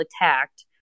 attacked